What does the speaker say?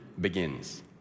begins